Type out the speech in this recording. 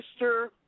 Mr